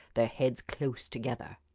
their heads close together.